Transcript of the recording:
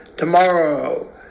Tomorrow